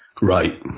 Right